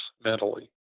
mentally